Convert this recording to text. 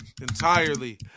Entirely